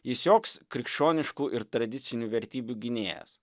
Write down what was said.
jis joks krikščioniškų ir tradicinių vertybių gynėjas